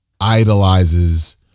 idolizes